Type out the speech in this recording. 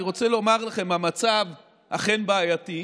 אני רוצה לומר לכם, המצב אכן בעייתי,